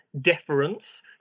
deference